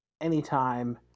anytime